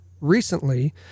recently